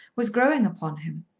was growing upon him.